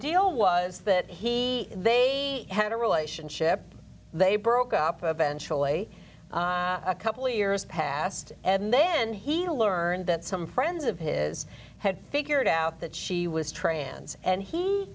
was that he they had a relationship they broke up eventually a couple of years passed and then he learned that some friends of his had figured out that she was trans and he